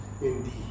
indeed